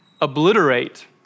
obliterate